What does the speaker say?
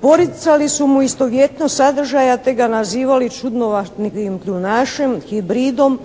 Poricali su mu istovjetnost sadržaja te ga nazivali čudnovatim kljunašem, hibridom,